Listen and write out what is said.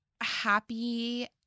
happy